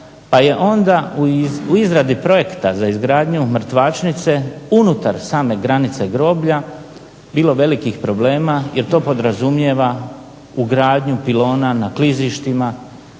pa je onda u izradi projekta za izgradnju mrtvačnice unutar same granice groblja bilo velikih problema jer to podrazumijeva ugradnju pilona na klizištima,